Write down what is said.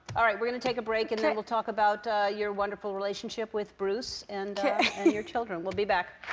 all right. we're going to take a break and then we'll talk about your wonderful relationship with bruce and your children. we'll be back.